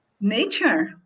nature